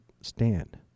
stand